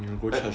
like